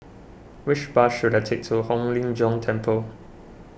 which bus should I take to Hong Lim Jiong Temple